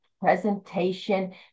presentation